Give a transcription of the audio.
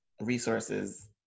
resources